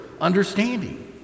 understanding